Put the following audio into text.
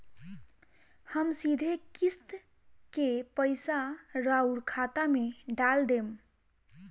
हम सीधे किस्त के पइसा राउर खाता में डाल देम?